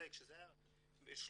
כשזה היה 300,